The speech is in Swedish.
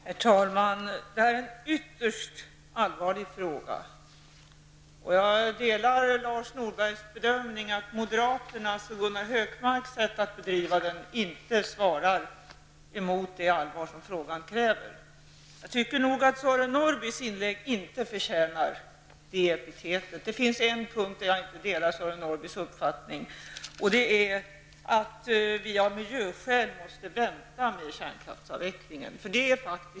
Herr talman! Det här är en ytterst allvarlig fråga. Jag instämmer i Lars Norbergs bedömning att moderaternas och Gunnar Hökmarks sätt att driva den inte svarar mot det allvar som frågan kräver. Jag tycker nog inte att Sören Norrbys inlägg förtjänar det epitetet. Det finns en punkt där jag inte delar Sören Norrbys uppfattning, och det gäller det han säger om att vi av miljöskäl måste vänta med kärnkraftsavvecklingen.